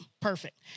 perfect